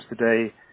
today